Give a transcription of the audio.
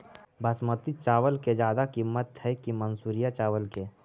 बासमती चावल के ज्यादा किमत है कि मनसुरिया चावल के?